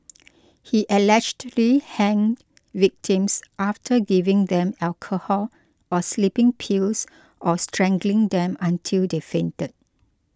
he allegedly hanged victims after giving them alcohol or sleeping pills or strangling them until they fainted